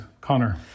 Connor